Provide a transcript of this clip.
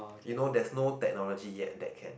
you know there's no technology yet that can